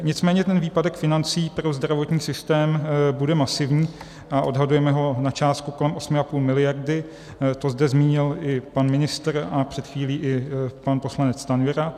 Nicméně výpadek financí pro zdravotní systém bude masivní a odhadujeme ho na částku kolem 8,5 miliardy, to zde zmínil i pan ministr a před chvílí i pan poslanec Stanjura.